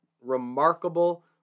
remarkable